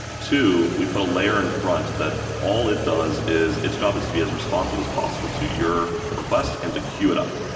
two, we put a layer in front that all it does is its job is to be as responsive as possible to your request and to queue it up,